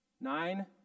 Nine